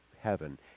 heaven